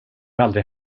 aldrig